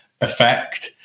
effect